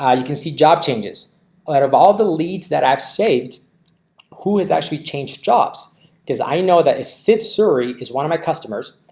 ah you can see job changes out of all the leads that i've shaved who is actually changed jobs because i know that if sith surgery is one of my customers.